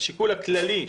השיקול הכללי,